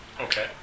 Okay